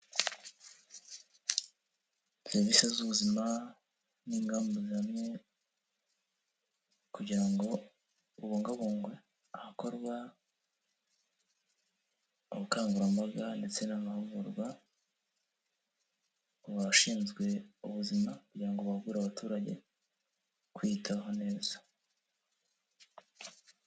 Serivisi z'ubuzima n'ingamba zihamye kugira ngo bubungabungwe ahakorwa ubukangurambaga ndetse n'amahugurwa, ku bashinzwe ubuzima kugira ngo bahugure abaturage kwiyitaho neza.